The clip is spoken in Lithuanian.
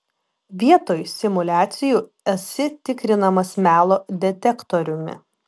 vietoj simuliacijų esi tikrinamas melo detektoriumi